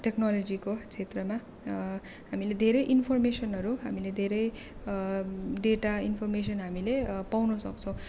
टेक्नोलोजीको क्षेत्रमा हामीले धेरै इनफर्मेसनहरू हामीले धेरै डेटा इनफर्मेसन हामीले पाउन सक्छौँ